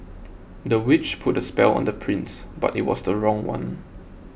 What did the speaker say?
the witch put a spell on the prince but it was the wrong one